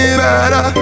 better